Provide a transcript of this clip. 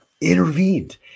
Intervened